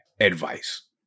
advice